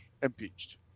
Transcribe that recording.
Impeached